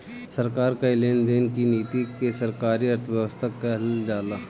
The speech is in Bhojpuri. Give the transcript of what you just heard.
सरकार कअ लेन देन की नीति के सरकारी अर्थव्यवस्था कहल जाला